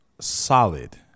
solid